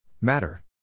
Matter